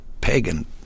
pagan